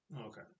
Okay